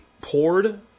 poured